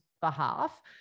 behalf